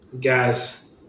Guys